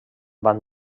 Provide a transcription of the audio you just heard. van